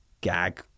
Gag